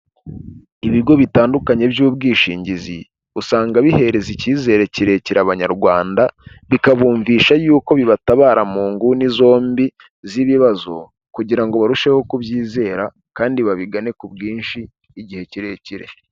Ibigo bitandukanye by'ubwishingizi usanga bihereza icyizere kirekire abanyarwanda, bikabumvisha yuko bibatabara mu nguni zombi z'ibibazo, kugira ngo barusheho kubyizera kandi babigane ku bwinshi, igihe kirekire.